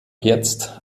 jetzt